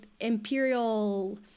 imperial